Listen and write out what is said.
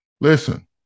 Listen